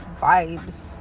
vibes